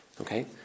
Okay